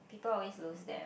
people always lose them